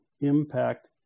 impact